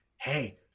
hey